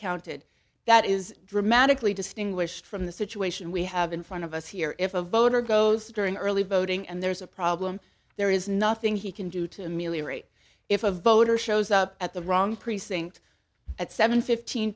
counted that is dramatically distinguished from the situation we have in front of us here if a voter goes during early voting and there's a problem there is nothing he can do to merely rate if a voter shows up at the wrong precinct at seven fifteen